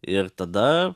ir tada